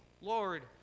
Lord